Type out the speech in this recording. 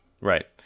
Right